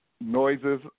Noises